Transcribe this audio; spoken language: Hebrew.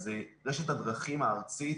אז רשת הדרכים הארצית,